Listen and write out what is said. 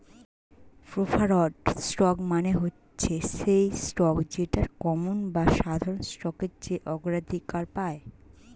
preferred stock মানে হচ্ছে সেই স্টক যেটা কমন বা সাধারণ স্টকের চেয়ে অগ্রাধিকার পায়